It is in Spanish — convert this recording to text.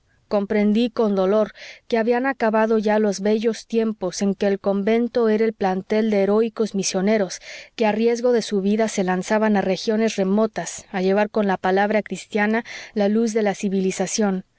comprendí con dolor que habían acabado ya los bellos tiempos en que el convento era el plantel de heroicos misioneros que a riesgo de su vida se lanzaban a regiones remotas a llevar con la palabra cristiana la luz de la civilización